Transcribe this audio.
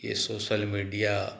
ये social media